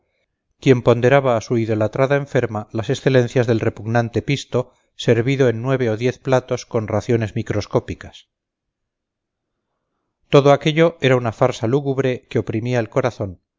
quien ponderaba a su idolatrada enferma las excelencias del repugnante pisto servido en nueve o diez platos con raciones microscópicas todo aquello era una farsa lúgubre que oprimía el corazón